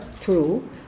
true